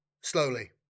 Slowly